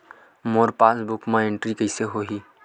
मोर passbook मा entry कइसे होही?